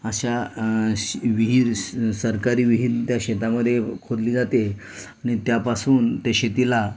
अशा विहीर सरकारी विहीर त्या शेतामध्ये खोदली जाते आणि त्यापासून ते शेतीला